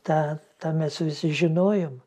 tą tą mes visi žinojom